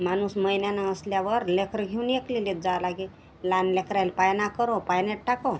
माणूस महिन्यानं असल्यावर लेकरं घेऊन एकलीलेच जावं लागे लहान लेकरायले पाळणा करो पाळण्यात टाको